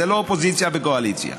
זה לא אופוזיציה וקואליציה.